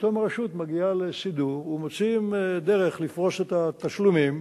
פתאום הרשות מגיעה לסידור ומוצאים דרך לפרוס את התשלומים,